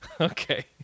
Okay